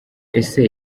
ese